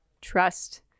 trust